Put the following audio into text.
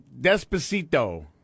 Despacito